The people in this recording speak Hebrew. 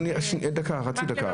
חצי דקה.